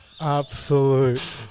absolute